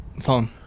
Phone